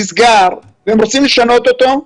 נסגר והם רוצים לשנות אותו,